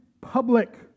public